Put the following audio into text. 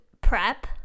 prep